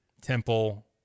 Temple